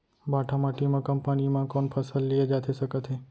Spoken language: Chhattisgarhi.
भांठा माटी मा कम पानी मा कौन फसल लिए जाथे सकत हे?